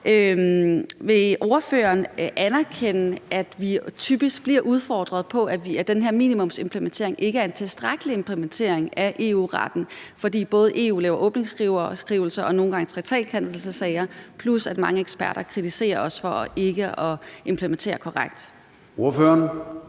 Vil ordføreren anerkende, at vi typisk bliver udfordret på, at den her minimumsimplementering ikke er en tilstrækkelig implementering af EU-retten, fordi EU både laver åbningsskrivelser og nogle gange traktatkrænkelsessager, plus at mange eksperter kritiserer os for ikke at implementere korrekt?